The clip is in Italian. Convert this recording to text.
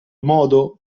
modo